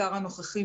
השר הנוכחי,